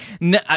no